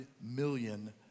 million